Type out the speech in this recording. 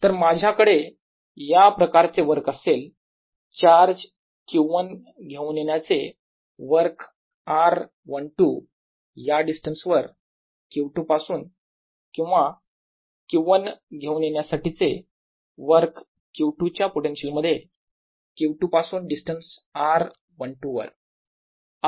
तर माझ्याकडे या प्रकारचे वर्क असेल चार्ज Q1 घेऊन येण्याचे वर्क r 12 या डिस्टन्स वर Q2 पासून किंवा Q1 घेऊन येण्यासाठीचे वर्क Q2 च्या पोटेन्शियल मध्ये Q2 पासून डिस्टेंस r 12 वर